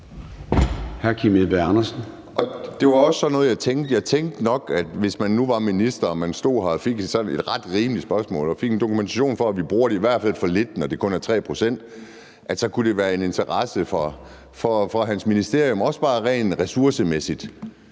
Det var også sådan noget, jeg tænkte på. Jeg tænkte nok, at hvis man nu var minister og stod her og fik sådan et ret rimeligt spørgsmål og fik dokumentation for, at vi i hvert fald bruger det for lidt, når det kun er 3 pct., så kunne det være af interesse for hans ministerium, også bare rent ressourcemæssigt,